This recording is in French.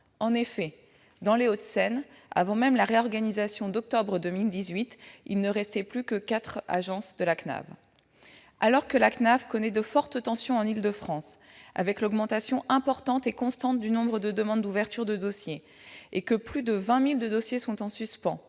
Or, dans les Hauts-de-Seine, avant même la réorganisation d'octobre dernier, il ne restait plus que quatre agences de la CNAV. Alors que cet organisme connaît de fortes tensions en Île-de-France, avec l'augmentation importante et constante du nombre de demandes d'ouverture de dossier, alors que plus de 20 000 dossiers sont en suspens